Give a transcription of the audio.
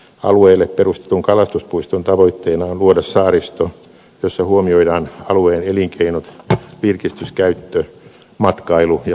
alueelle perustetun kalastuspuiston tavoitteena on luoda saaristo jossa huomioidaan alueen elinkeinot virkistyskäyttö matkailu ja suojelutarpeet